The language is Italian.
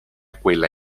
quella